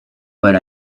but